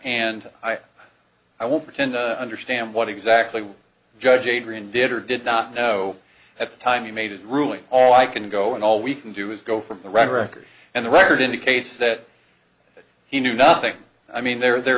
and i won't pretend understand what exactly judge adrian did or did not know at the time he made his ruling all i can go and all we can do is go from the record and the record indicates that he knew nothing i mean there is there